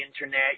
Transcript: Internet